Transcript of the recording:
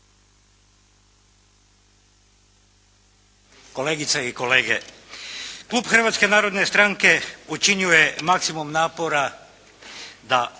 kolegice i kolege! Klub Hrvatske narodne stranke učinio je maksimum napora da